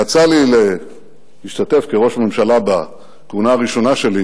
יצא לי להשתתף, כראש ממשלה בכהונה ראשונה שלי,